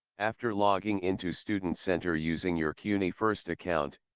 after logging into student center using your cunyfirst account,